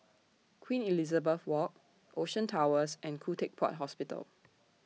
Queen Elizabeth Walk Ocean Towers and Khoo Teck Puat Hospital